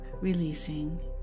releasing